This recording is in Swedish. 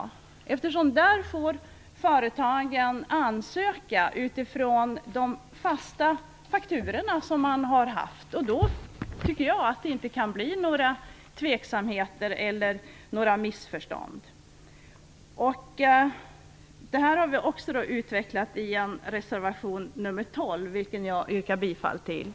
Företagen i Norrland får göra ansökningar utifrån fasta fakturor, och då kan det enligt min mening inte uppstå någon osäkerhet eller några missförstånd. Vi har utvecklat detta i reservation 12, vilken jag yrkar bifall till.